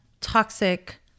toxic